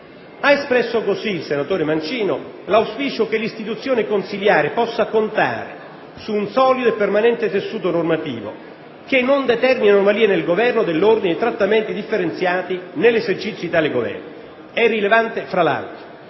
Ha espresso così il senatore Mancino l'auspicio che l'istituzione consiliare possa contare su un solido e permanente tessuto normativo che non determini anomalie nel governo dell'ordine né di trattamenti differenziati nell'esercizio di tale governo. È rilevante, fra l'altro,